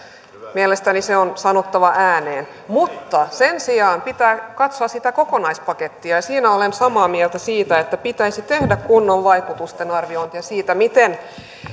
mielestäni se on sanottava ääneen mutta sen sijaan pitää katsoa sitä kokonaispakettia siinä olen samaa mieltä siitä että pitäisi tehdä kunnon vaikutusten arviointia siitä mitä